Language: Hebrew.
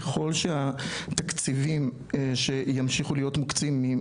ככל שהתקציבים ימשיכו להיות מוקצים.